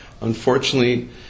Unfortunately